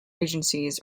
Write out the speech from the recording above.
agencies